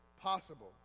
possible